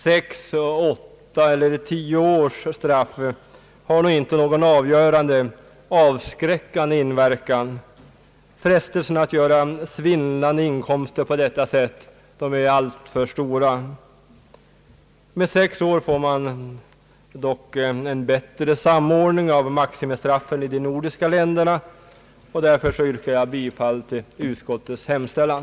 Sex, åtta eller tio års straff har nog inte någon avgörande avskräckande inverkan. Frestelsen att göra svindlande inkomster på detta sätt är alltför stor. Med en straffsats på sex år får man dock en bättre samordning av maximistraffen i de nordiska länderna. Därför yrkar jag bifall till utskottets hemställan.